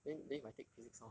then then if I take physics how